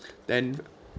then